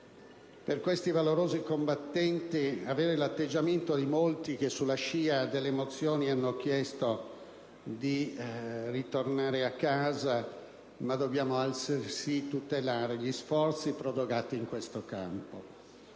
per questi valorosi combattenti, assumere l'atteggiamento di molti che, sulla scia delle emozioni, hanno chiesto di ritornare a casa, ma dobbiamo tutelare gli sforzi già profusi in questo campo.